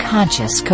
Conscious